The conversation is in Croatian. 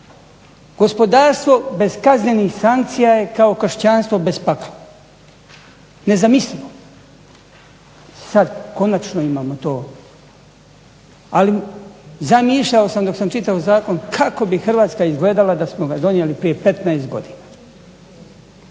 Gospodarstvo bez kaznenih sankcija je kao kršćanstvo bez pakla, nezamislivo. Sada konačno imamo to. Ali zamišljao sam kada sam čitao zakon kako bi Hrvatska izgledala da smo ga donijeli prije 15 godina.